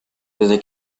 desde